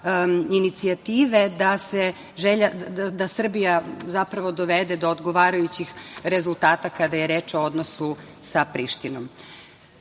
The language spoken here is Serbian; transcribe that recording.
inicijative da se Srbija zapravo dovede do odgovarajućih rezultata kada je reč o odnosu sa Prištinom. Trasa